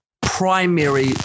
primary